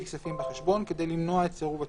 כספים בחשבון כדי למנוע את סירוב השיק.